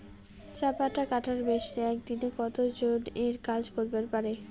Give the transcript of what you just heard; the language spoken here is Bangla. চা পাতা কাটার মেশিন এক দিনে কতজন এর কাজ করিবার পারে?